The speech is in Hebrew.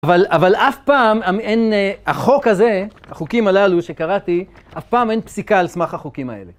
אבל אף פעם אין, החוק הזה, החוקים הללו שקראתי, אף פעם אין פסיקה על סמך החוקים האלה.